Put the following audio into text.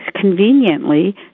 conveniently